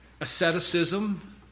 asceticism